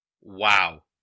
Wow